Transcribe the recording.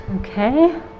Okay